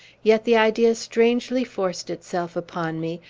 yet the idea strangely forced itself upon me,